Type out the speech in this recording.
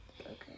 Okay